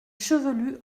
chevelu